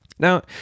Now